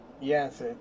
Yes